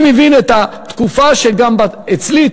אני מבין את התקופה שבה גם אצלי,